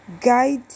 Guide